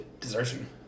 Desertion